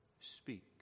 speak